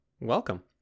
welcome